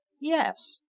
Yes